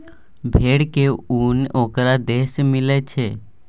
भेड़ के उन ओकरा देह से मिलई छई